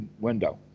window